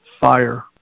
fire